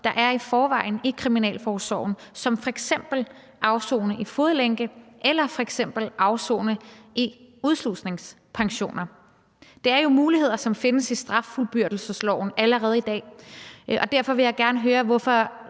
der er i forvejen i kriminalforsorgen, f.eks. afsoning i fodlænke eller afsoning i udslusningspensioner. Det er jo muligheder, som findes i straffuldbyrdelsesloven allerede i dag. Derfor vil jeg gerne høre, hvorfor